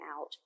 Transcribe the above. out